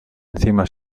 encima